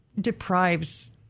deprives